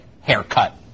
haircut